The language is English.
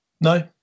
No